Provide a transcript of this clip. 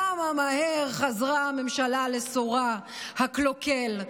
כמה מהר חזרה הממשלה לסורה הקלוקל,